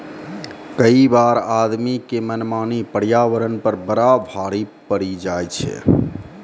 कई बार आदमी के मनमानी पर्यावरण पर बड़ा भारी पड़ी जाय छै